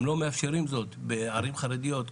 הם לא מאפשרים זאת בערים חרדיות,